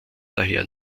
daher